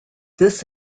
this